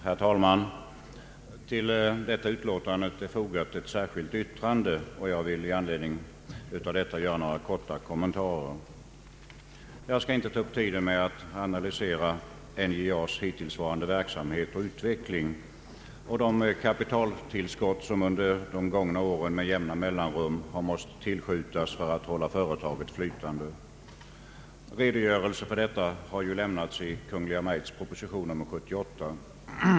Herr talman! Till detta utlåtande är fogat ett särskilt yttrande, och jag vill i anledning härav göra några korta kommentarer. Jag skall inte ta upp tiden med att närmare analysera Norrbottens Järnverks hittillsvarande verksamhet och utveckling och de kapitaltillskott som under de gångna åren med jämna mellanrum har måst tillskjutas för att hålla företaget flytande. Redogörelse härför char ju lämnats i Kungl. Maj:ts proposition 78.